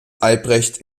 albrecht